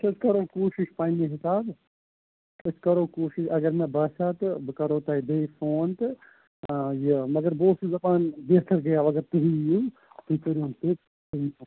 تُہۍ کٔرِو کوٗشِش پَننہِ حسابہٕ أسۍ کرَو کوٗشِش اگر مےٚ باسیٛاو تہٕ بہٕ کرو تۄہہِ بیٚیہِ فون تہٕ آ یہِ مگر بہٕ اوسُس دپان بہتر گَیاو اگر تُہۍ یی ہوٗ تُہۍ کٔرۍہوٗن پِک